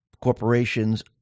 corporations